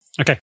Okay